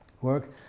work